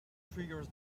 triggers